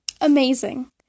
amazing